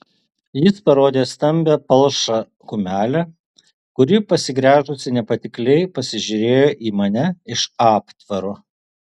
jis parodė stambią palšą kumelę kuri pasigręžusi nepatikliai pasižiūrėjo į mane iš aptvaro